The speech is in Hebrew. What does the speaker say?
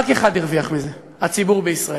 רק אחד הרוויח מזה, הציבור בישראל.